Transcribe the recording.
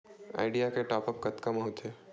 Idea के top आप कतका म होथे?